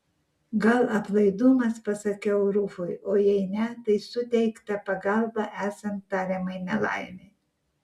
gal aplaidumas pasakiau rufui o jei ne tai suteikta pagalba esant tariamai nelaimei